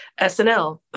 SNL